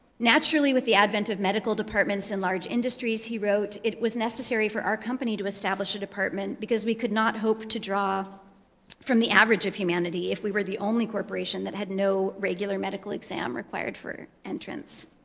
naturally, with the advent of medical departments in large industries, he wrote, it was necessary for our company to establish a department because we could not hope to draw from the average of humanity if we were the only corporation that had no regular medical exam required for entrance.